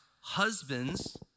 husbands